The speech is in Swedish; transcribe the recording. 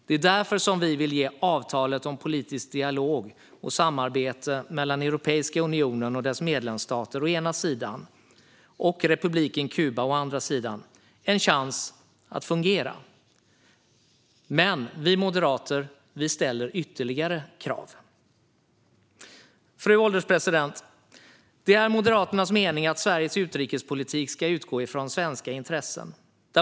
Det är därför vi vill ge avtalet om politisk dialog och samarbete mellan Europeiska unionen och dess medlemsstater å ena sidan och republiken Kuba å andra sidan en chans att fungera. Men vi moderater ställer ytterligare krav. Fru ålderspresident! Det är Moderaternas mening att Sveriges utrikespolitik ska utgå från svenska intressen.